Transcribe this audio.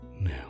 now